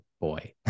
boy